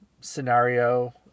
scenario